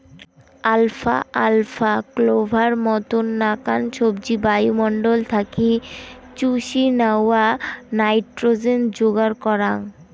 alpha আলফা, clover মতন নাকান সবজি বায়ুমণ্ডল থাকি চুষি ন্যাওয়া নাইট্রোজেন যোগার করাঙ